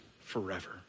forever